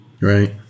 Right